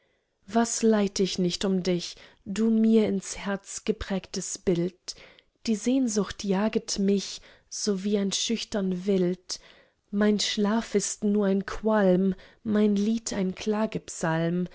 was leid ich nicht um dich du mir ins herz geprägtes bild die sehnsucht jaget mich so wie ein schüchtern wild mein schlaf ist nur ein qualm mein lied ein